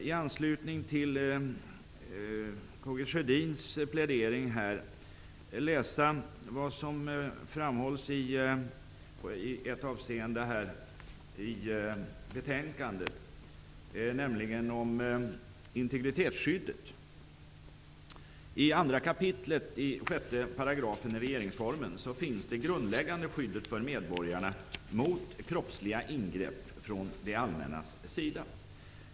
I anslutning till K G Sjödins plädering vill jag läsa vad som framhålls i betänkandet avseende integritetsskyddet: ''I 2 kap. 6 § regeringsformen finns det grundläggande skyddet för medborgarna mot kroppsliga ingrepp från det allmännas sida.